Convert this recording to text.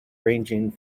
ranging